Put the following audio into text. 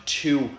two